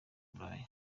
uburaya